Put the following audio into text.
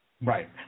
Right